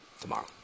tomorrow